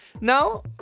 Now